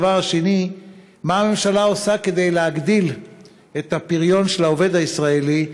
השאלה השנייה: מה הממשלה עושה כדי להגדיל את הפריון של העובד הישראלי,